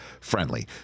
friendly